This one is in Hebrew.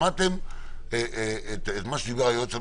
שמעתם את מה שאמר היועץ המשפטי.